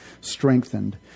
strengthened